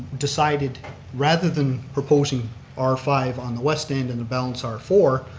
decided rather than proposing r five on the west end and the balance r four,